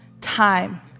time